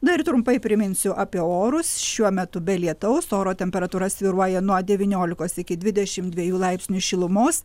na ir trumpai priminsiu apie orus šiuo metu be lietaus oro temperatūra svyruoja nuo devyniolikos iki dvidešim dviejų laipsnių šilumos